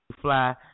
fly